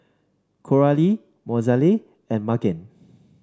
Coralie Mozelle and Magen